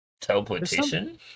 teleportation